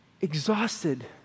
exhausted